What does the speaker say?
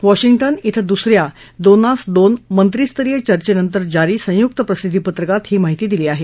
Washington इथं दुसऱ्या दोनास दोन मंत्रीस्तरीय चर्चेनंतर जारी संयुक्त प्रसिद्दी पत्रकात ही माहिती दिली आहे